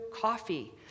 coffee